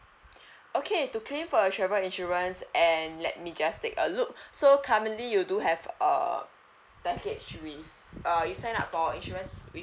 okay to claim for a travel insurance and let me just take a look so currently you do have err package with uh you sign up for a insurance with